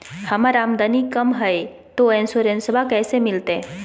हमर आमदनी कम हय, तो इंसोरेंसबा कैसे मिलते?